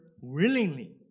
willingly